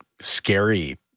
scary